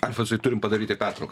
alfonsai turim padaryti pertrauką